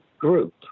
group